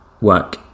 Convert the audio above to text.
work